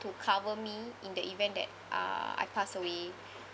to cover me in the event that uh I pass away